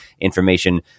information